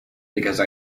because